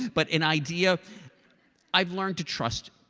but an idea i've learned to trust,